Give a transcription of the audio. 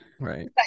Right